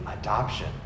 adoption